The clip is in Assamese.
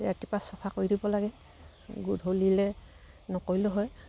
ৰাতিপুৱা চাফা কৰি দিব লাগে গধূলিলৈ নকৰিলেও হয়